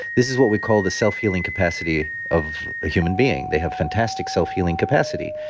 this is what we call the self-healing capacity of a human being. they have fantastic self-healing capacity.